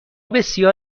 بسیار